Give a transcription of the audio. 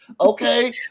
okay